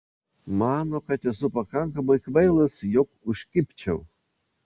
mano kad esu pakankamai kvailas jog užkibčiau